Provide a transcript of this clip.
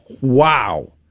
wow